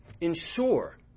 ensure